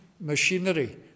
machinery